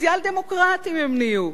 סוציאל-דמוקרטים הם נהיו.